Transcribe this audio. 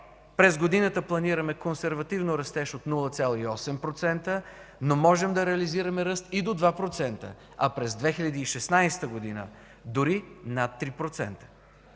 През годината планираме консервативно растеж от 0,8%, но можем да реализираме ръст и до 2%, а през 2016 г. – дори над 3%.